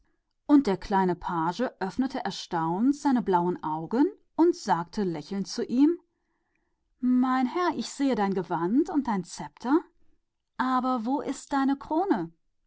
und der kleine page öffnete die großen blauen augen in verwunderung und sprach lächelnd mein gebieter ich sehe dein gewand und dein zepter aber wo ist deine krone